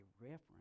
reference